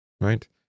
Right